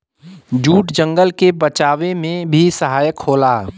jute जंगल के बचावे में भी सहायक होला